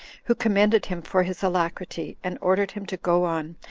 who commended him for his alacrity, and ordered him to go on,